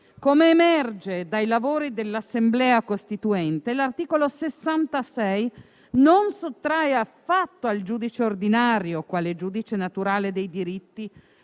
Come emerge dai lavori dell'Assemblea costituente, l'articolo 66 «non sottrae affatto al giudice ordinario, quale giudice naturale dei diritti,